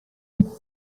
him